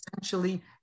essentially